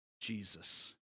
Jesus